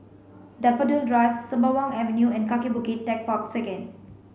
Daffodil Drive Sembawang Avenue and Kaki Bukit Techpark Second